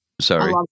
Sorry